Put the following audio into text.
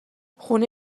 خونه